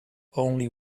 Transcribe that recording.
only